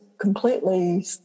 completely